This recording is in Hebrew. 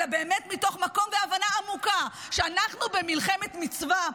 אלא באמת מתוך מקום והבנה עמוקה שאנחנו במלחמת מצווה,